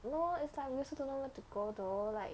no is like we also don't know where to go though like